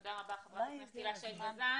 תודה רבה, חברת הכנסת הילה שי וזאן.